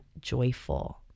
joyful